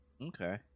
Okay